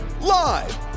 Live